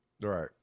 Right